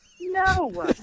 No